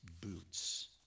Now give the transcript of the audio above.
boots